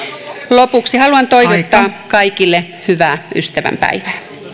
lopuksi haluan toivottaa kaikille hyvää ystävänpäivää